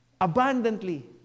abundantly